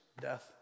death